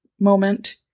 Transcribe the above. moment